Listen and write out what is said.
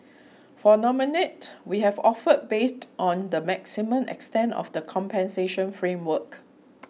for Dominique we have offered based on the maximum extent of the compensation framework